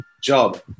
job